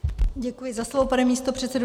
Děkuji za slovo, pane místopředsedo.